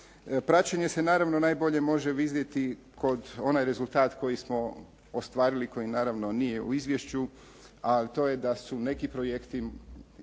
Praćenje se naravno najbolje može vidjeti kod onaj rezultat koji smo ostvarili, koji naravno nije izvješću, a to je da su neki projekti,